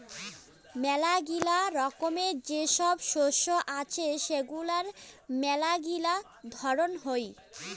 মেলাগিলা রকমের যে সব শস্য আছে সেগুলার মেলাগিলা ধরন হই